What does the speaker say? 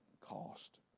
cost